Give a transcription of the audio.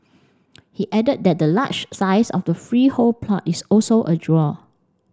he added that the large size of the freehold plot is also a draw